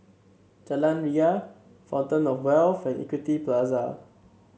Jalan Ria Fountain Of Wealth and Equity Plaza